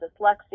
dyslexia